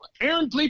Aaron